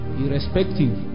irrespective